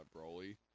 Broly